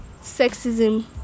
sexism